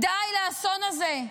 די לאסון הזה.